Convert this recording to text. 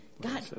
God